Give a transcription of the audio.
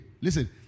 Listen